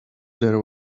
there